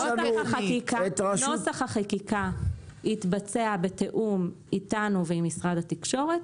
נוסח החקיקה יתבצע בתיאום איתנו ועם משרד התקשורת,